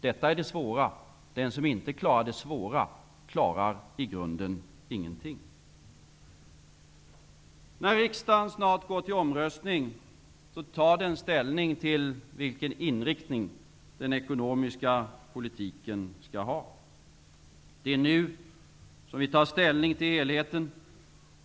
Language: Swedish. Detta är det svåra. Den som inte klarar det svåra klarar i grunden ingenting. När riksdagen snart går till omröstning, tar den ställning till vilken inriktning den ekonomiska politiken skall ha. Det är nu som vi tar ställning till helheten.